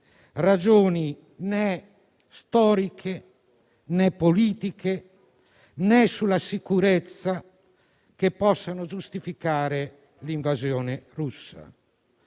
ragioni né storiche, né politiche, né sulla sicurezza che possano giustificare l'invasione russa.